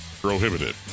prohibited